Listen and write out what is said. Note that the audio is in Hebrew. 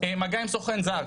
מגע עם סוכן זר,